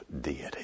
deity